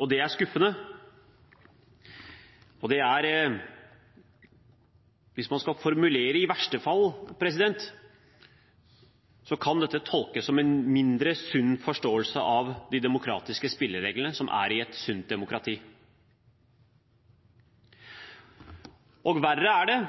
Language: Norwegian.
og det er skuffende. Og – hvis man skal formulere det slik – i verste fall kan dette tolkes som en mindre sunn forståelse av de demokratiske spillereglene som finnes i et sunt demokrati. Verre er det